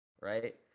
right